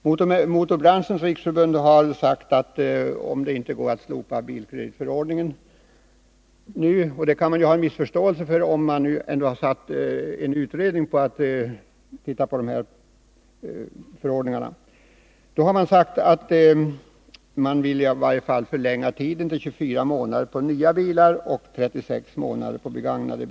Från Motorbranschens riksförbund har man framfört önskemålet att man om det inte går att slopa bilkreditförordningen — och det kan man ha en viss förståelse för, när nu en utredning har tillsatts för att granska förordningarna på det här området — i varje fall får en förlängning av avbetalningstiden till 24 månader för nya bilar och 36 månader för begagnade.